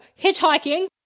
hitchhiking